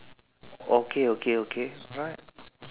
okay okay okay alright